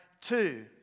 two